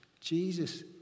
Jesus